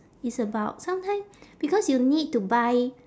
it's about sometime because you need to buy